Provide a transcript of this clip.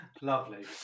Lovely